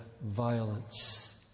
violence